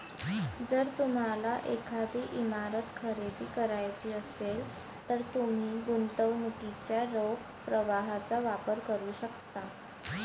जर तुम्हाला एखादी इमारत खरेदी करायची असेल, तर तुम्ही गुंतवणुकीच्या रोख प्रवाहाचा वापर करू शकता